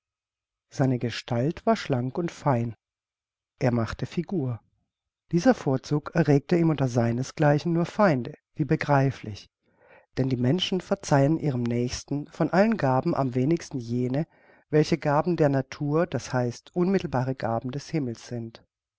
seine gestalt war schlank und fein er machte figur dieser vorzug erregte ihm unter seines gleichen nur feinde wie begreiflich denn die menschen verzeihen ihrem nächsten von allen gaben am wenigsten jene welche gaben der natur das heißt unmittelbare gaben des himmels sind